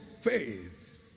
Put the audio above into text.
faith